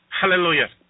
Hallelujah